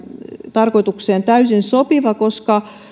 tarkoitukseen täysin sopiva koska